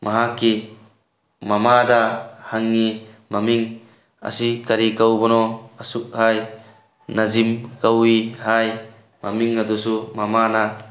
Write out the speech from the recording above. ꯃꯍꯥꯛꯀꯤ ꯃꯃꯥꯗ ꯍꯪꯉꯤ ꯃꯃꯤꯡ ꯑꯁꯤ ꯀꯔꯤ ꯀꯧꯕꯅꯣ ꯑꯁꯨꯛ ꯍꯥꯏ ꯅꯖꯤꯞ ꯀꯧꯏ ꯍꯥꯏ ꯃꯃꯤꯡ ꯑꯗꯨꯁꯨ ꯃꯃꯥꯅ